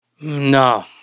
no